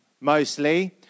mostly